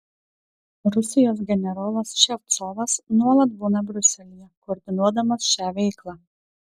rusijos generolas ševcovas nuolat būna briuselyje koordinuodamas šią veiklą